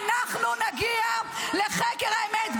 -- אנחנו נגיע לחקר האמת,